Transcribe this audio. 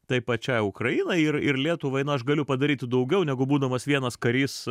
tai pačiai ukrainai ir ir lietuvai na aš galiu padaryti daugiau negu būdamas vienas karys